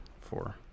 Four